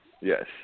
yes